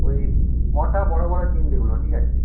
ওই মোটা বড়ো বড়ো চিংড়িগুলো ঠিক আছে